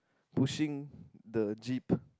pushing the jeep